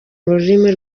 rurimi